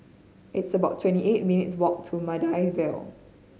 it's about twenty eight minutes' walk to Maida Vale